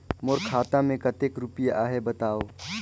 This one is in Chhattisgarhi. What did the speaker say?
मोर खाता मे कतेक रुपिया आहे बताव?